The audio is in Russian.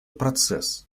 процесс